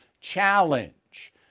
challenge